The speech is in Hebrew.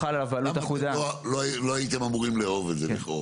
למה לא הייתם אמורים לאהוב את זה לכאורה?